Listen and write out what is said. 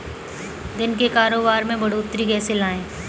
दिन के कारोबार में बढ़ोतरी कैसे लाएं?